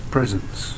Presence